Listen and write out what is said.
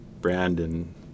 Brandon